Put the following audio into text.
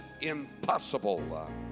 impossible